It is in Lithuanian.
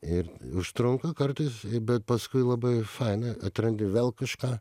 ir užtrunka kartais bet paskui labai faina atrandi vėl kažką